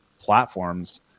platforms